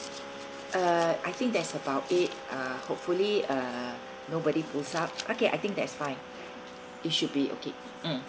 uh I think that's about it uh hopefully uh nobody okay I think that's fine it should be okay mm